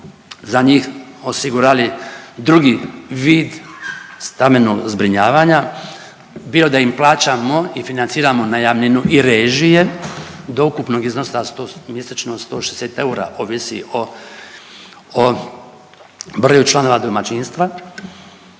za njih osigurali drugi vid stambenog zbrinjavanja bilo da im plaćamo i financiramo najamninu i režije do ukupnog iznosa mjesečno 160 eura ovisi o broju članova domaćinstva.